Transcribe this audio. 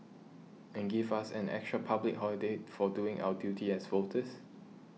and give us an extra public holiday for doing our duty as voters